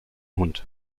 hund